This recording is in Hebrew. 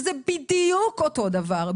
זה בדיוק אותו דבר.